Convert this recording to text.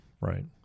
right